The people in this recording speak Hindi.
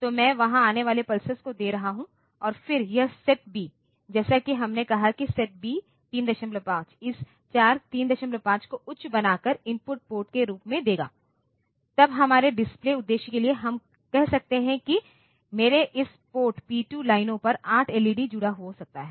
तो मैं वहां आने वाली पल्सेस को दे रहा हूं और फिर यह सेट बी जैसा कि हमने कहा है कि सेट बी 35 इस 4 35 को उच्च बना कर इनपुट पोर्ट के रूप में देगा तब हमारे डिस्प्ले उद्देश्य के लिए हम कह सकते हैं कि मेरे इस पोर्ट पी 2 लाइनों पर 8 एलईडी जुड़ा हो सकता है